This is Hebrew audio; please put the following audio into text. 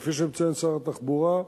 כפי שמציין שר התחבורה,